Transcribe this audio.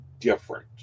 different